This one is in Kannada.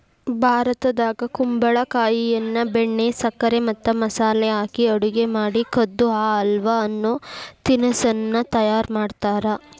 ಭಾರತದಾಗ ಕುಂಬಳಕಾಯಿಯನ್ನ ಬೆಣ್ಣೆ, ಸಕ್ಕರೆ ಮತ್ತ ಮಸಾಲೆ ಹಾಕಿ ಅಡುಗೆ ಮಾಡಿ ಕದ್ದು ಕಾ ಹಲ್ವ ಅನ್ನೋ ತಿನಸ್ಸನ್ನ ತಯಾರ್ ಮಾಡ್ತಾರ